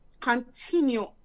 continue